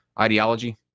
ideology